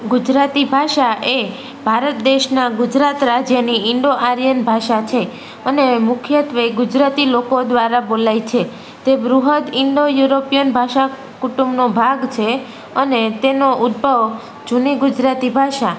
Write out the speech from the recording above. ગુજરાતી ભાષા એ ભારત દેશના ગુજરાત રાજ્યની ઇન્ડો આર્યન ભાષા છે અને મુખ્યત્વે ગુજરાતી લોકો દ્વારા બોલાય છે તે બૃહદ ઇન્ડો યુરોપિયન ભાષા કુટુંબનો ભાગ છે અને તેનો ઉદ્ભવ જૂની ગુજરાતી ભાષા